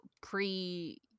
pre